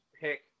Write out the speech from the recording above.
pick